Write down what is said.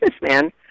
businessman